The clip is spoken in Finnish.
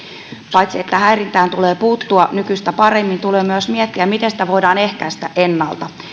paitsi että häirintään tulee puuttua nykyistä paremmin tulee myös miettiä miten sitä voidaan ehkäistä ennalta